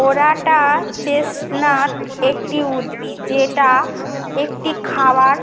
water chestnut একটি উদ্ভিদ যেটা একটি খাবার